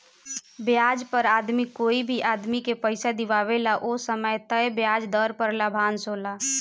ब्याज पर आदमी कोई भी आदमी के पइसा दिआवेला ओ समय तय ब्याज दर पर लाभांश होला